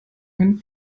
einen